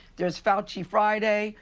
there's fauci friday.